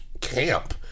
camp